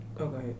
okay